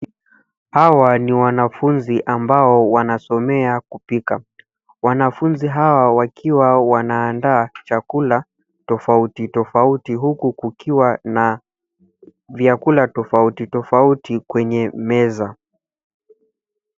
Hawa ni wanafunzi ambao wanasomea kupika. Wanafunzi hawa wakiwa wanaandaa chakula tofauti tofauti, huku kukiwa na vyakula tofauti tofauti kwenye meza.